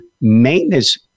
maintenance